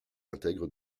intègre